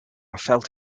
felt